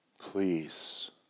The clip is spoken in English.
Please